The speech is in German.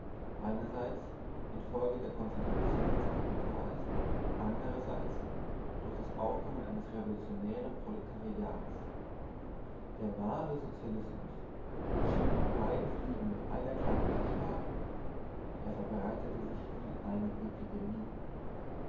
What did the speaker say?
einerseits infolge der konzentration des kapitals andrerseits durch das aufkommen eines revolutionären proletariats der wahre sozialismus schien ihm beide fliegen mit einer klappe zu schlagen er verbreitete sich wie eine epidemie